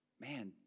man